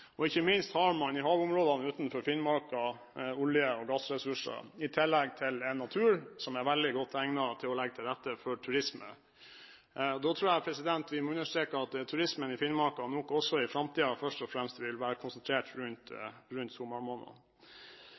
og ikke minst har man i havområdene utenfor Finnmark olje- og gassressurser. Dessuten har man en natur som er veldig godt egnet for turisme. Da tror jeg vi må understreke at turismen i Finnmark nok også i framtiden først og fremst vil være konsentrert rundt